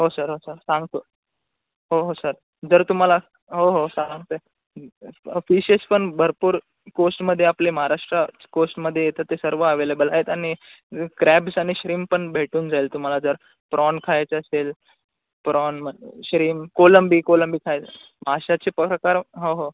हो सर हो सर सांगतो हो हो सर जर तुम्हाला हो हो सांगतोय फिशेस पण भरपूर कोस्टमध्ये आपले महाराष्ट्रा कोस्टमध्ये येतं ते सर्व अवेलेबल आहेत आणि क्रॅब्स आणि श्रींप पण भेटून जाईल तुम्हाला जर प्रॉन खायचं असेल प्रॉन श्रीम कोळंबी कोळंबी खायचं माशाचे प्रकार हो हो